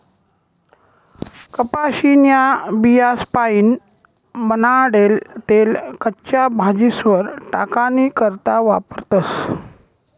कपाशीन्या बियास्पाईन बनाडेल तेल कच्च्या भाजीस्वर टाकानी करता वापरतस